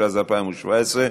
התשע"ז 2016,